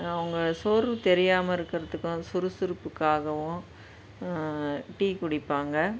அவங்க சோர்வு தெரியாமல் இருக்கிறதுக்கும் சுறுசுறுப்புக்காகவும் டீ குடிப்பாங்க